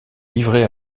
livrés